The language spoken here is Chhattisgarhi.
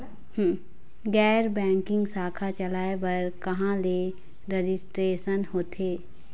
गैर बैंकिंग शाखा चलाए बर कहां ले रजिस्ट्रेशन होथे?